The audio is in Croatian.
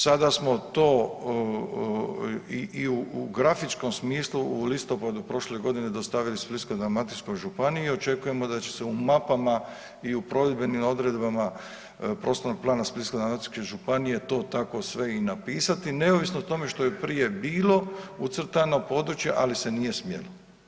Sada smo to i u grafičkom smislu u listopadu prošle godine dostavili Splitsko-dalmatinskoj županiji i očekujemo da će se u mapama i u provedbenim odredbama prostornog plana Splitsko-dalmatinske županije to tako sve i napisati neovisno o tome što je prije bilo ucrtano područje, ali se nije smjelo.